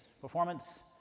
performance